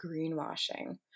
greenwashing